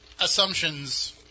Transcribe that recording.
Assumptions